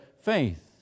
faith